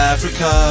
Africa